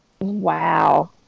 Wow